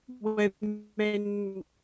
women